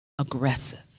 aggressive